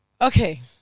Okay